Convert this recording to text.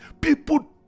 people